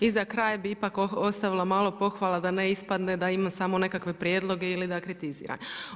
I za kraj bih ipak ostavila malo pohvala da ne ispadne da imam samo nekakve prijedloge ili da kritiziram.